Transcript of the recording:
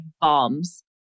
bombs